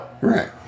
Right